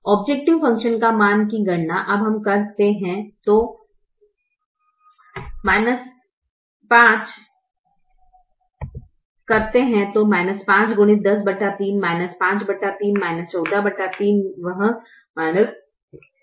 objective function के मान की गणना अब हम करते है तो x 103 503 143 वह 643 है